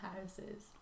houses